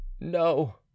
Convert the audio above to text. no